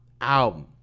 album